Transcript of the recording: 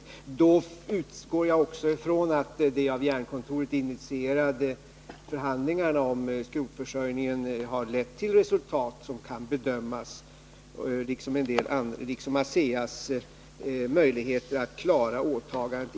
Jag utgår ifrån att de av Jernkontoret initierade förhandlingarna om skrotförsörjningen då har lett till resultat som kan bedömas — och att man också kan bedöma ASEA:s möjligheter att klara åtagandet.